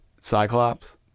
Cyclops